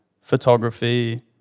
photography